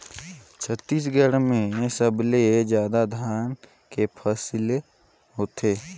छत्तीसगढ़ में सबले जादा धान के फसिल होथे